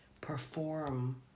perform